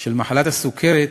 של מחלת הסוכרת,